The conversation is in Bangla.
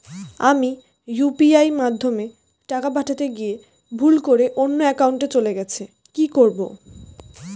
আমি ইউ.পি.আই মাধ্যমে টাকা পাঠাতে গিয়ে ভুল করে অন্য একাউন্টে চলে গেছে কি করব?